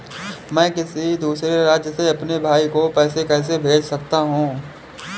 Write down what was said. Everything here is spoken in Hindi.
मैं किसी दूसरे राज्य से अपने भाई को पैसे कैसे भेज सकता हूं?